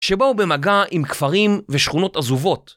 שבאו במגע עם כפרים ושכונות עזובות.